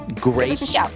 Great